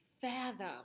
fathom